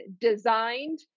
designed